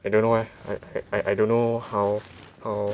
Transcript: I don't know why I I I don't know how how